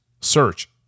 search